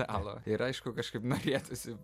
stalo ir aišku kažkaip norėtųsi